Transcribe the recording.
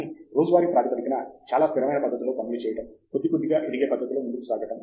కానీ రోజువారీ ప్రాతిపదికన చాలా స్థిరమైన పద్ధతిలో పనులు చేయడం కొద్ది కొద్దిగా ఎదిగే పద్దతిలో ముందుకు సాగడం